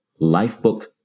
Lifebook